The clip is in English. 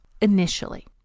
initially